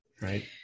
right